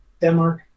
Denmark